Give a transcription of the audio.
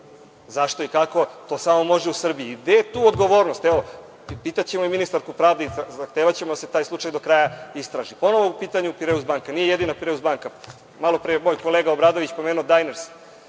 Zašto i kako? To samo može u Srbiji. Gde je tu odgovornost? Evo, pitaćemo i ministarsku pravde i zahtevaćemo da se taj slučaj do kraja istraži. Ponovo je u pitanju „Pireus banka“.Nije jedina Pireus banka. Malopre je moj kolega Obradović pomenuo „Dajners“.